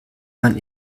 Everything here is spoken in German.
man